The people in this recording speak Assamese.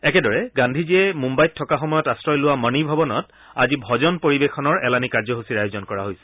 একেদৰে গান্ধীজীয়ে মুম্বাইত থকা সময়ত আশ্ৰয় লোৱা মণি ভৱনত আজি ভজন পৰিবেশনৰ এলানি কাৰ্যসূচীৰ আয়োজন কৰা হৈছে